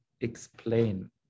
explain